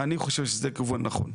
אני חושב שזה כיוון נכון.